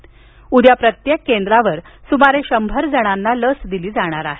शनिवारी प्रत्येक केंद्रावर सुमारे शंभर जणांना लस दिली जाणार आहे